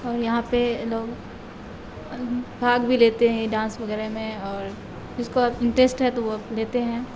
اور یہاں پہ لوگ بھاگ بھی لیتے ہیں ڈانس وغیرہ میں اور جس کو اب انٹریسٹ ہے تو وہ اب لیتے ہیں